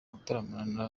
gutaramana